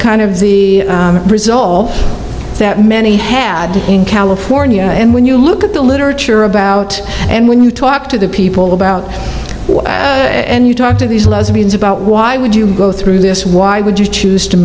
kind of the result that many have been in california and when you look at the literature about and when you talk to the people about it and you talk to these lesbians about why would you go through this why would you choose to